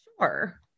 Sure